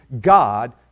God